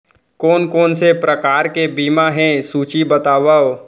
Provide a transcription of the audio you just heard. कोन कोन से प्रकार के बीमा हे सूची बतावव?